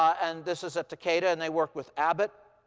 and this is at takeda. and they worked with abbott.